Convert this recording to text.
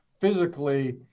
physically